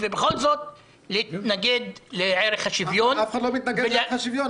ובכל זאת להתנגד לערך השוויון --- אף אחד לא מתנגד לערך השוויון,